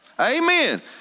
Amen